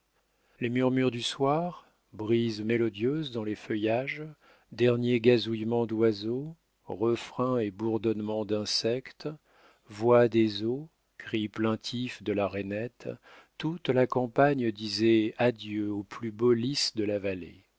les murmures du soir brise mélodieuse dans les feuillages derniers gazouillements d'oiseau refrain et bourdonnements d'insectes voix des eaux cri plaintif de la rainette toute la campagne disait adieu au plus beau lys de la vallée